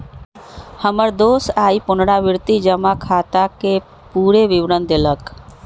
हमर दोस आइ पुरनावृति जमा खताके पूरे विवरण देलक